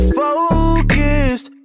focused